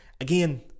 Again